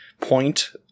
point –